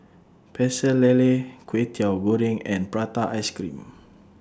Pecel Lele Kway Teow Goreng and Prata Ice Cream